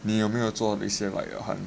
你有没有做一些 like 很